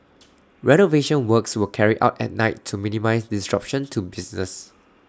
renovation works were carried out at night to minimise disruption to business